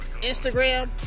Instagram